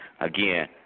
Again